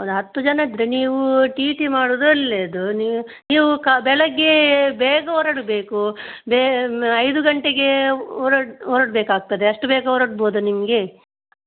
ಒಂದು ಹತ್ತು ಜನ ಇದ್ದರೆ ನೀವು ಟಿ ಟಿ ಮಾಡೋದು ಒಳ್ಳೇದು ನೀವು ಕಾ ಬೆಳಗ್ಗೆ ಬೇಗ ಹೊರಡಬೇಕು ಬೇ ಐದು ಗಂಟೆಗೆ ಹೊರಡು ಹೊರಡಬೇಕಾಗ್ತದೆ ಅಷ್ಟು ಬೇಗ ಹೊರಡ್ಬೋದಾ ನಿಮಗೆ